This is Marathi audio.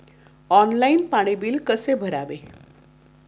ऑनलाइन पाणी बिल कसे भरावे?